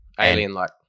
alien-like